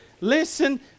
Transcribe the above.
Listen